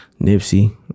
Nipsey